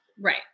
Right